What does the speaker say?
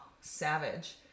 Savage